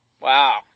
Wow